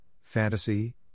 Fantasy